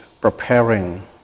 preparing